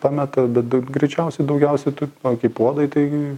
pameta bet greičiausiai daugiausiai koki puodai tai